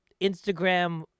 Instagram